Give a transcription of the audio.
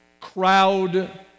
crowd